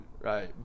right